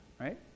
right